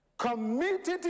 Community